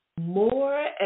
more